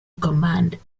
command